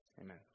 amen